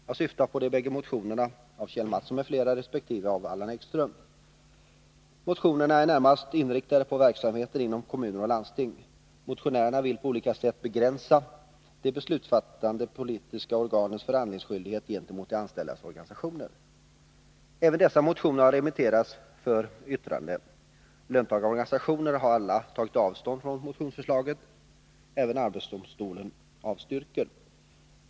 Jag syftar på två motioner av Kjell Mattsson m.fl. resp. av Allan Ekström. Motionerna är närmast inriktade på verksamheten inom kommuner och landsting. Motionärerna vill på olika sätt begränsa de beslutsfattande politiska organens förhandlingsskyldighet gentemot de anställdas organisationer. Även dessa motioner har remitterats för yttranden. Löntagarorganisationerna har alla tagit avstånd från motionsförslagen. Även arbetsdomstolen avstyrker motionerna.